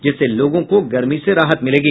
जिससे लोगों को गर्मी से राहत मिलेगी